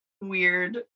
weird